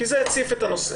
כי זה הציף את הנושא.